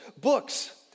books